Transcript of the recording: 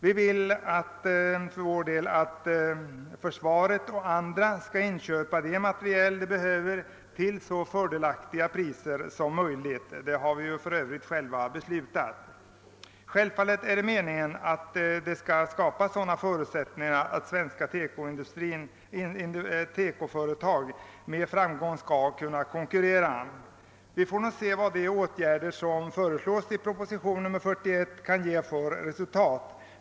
Vi för vår del vill att försvaret och andra förbrukare inom den offentliga sektorn skall inköpa den materiel man behöver till så fördelaktiga priser som möjligt; det har vi för Öövrigt här beslutat om att man skall göra. Och givetvis är det meningen att det skall skapas sådana förutsättningar att svenska TEKO-företag skall kunna konkurrera med framgång. Vi får nu se vad de i propositionen föreslagna åtgärderna kan få för resultat.